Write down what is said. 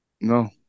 No